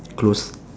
close